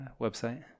website